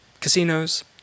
casinos